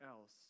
else